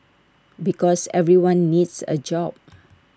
because everyone needs A job